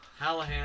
Hallahan